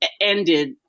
Ended